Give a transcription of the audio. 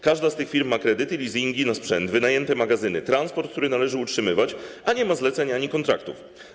Każda z tych firm ma kredyty, leasingi na sprzęt, wynajęte magazyny, transport, który należy utrzymywać, a nie ma zleceń ani kontraktów.